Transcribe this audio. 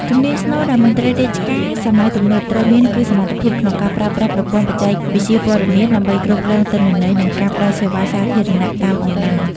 ជំនាញស្នូលដែលមន្ត្រីរាជការសម័យទំនើបត្រូវមាន គឺសមត្ថភាពក្នុងការប្រើប្រាស់ប្រព័ន្ធបច្ចេកវិទ្យាព័ត៌មាន ដើម្បីគ្រប់គ្រងទិន្នន័យ និងការផ្តល់សេវាសាធារណៈតាមអនឡាញ។